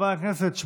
חברי הכנסת,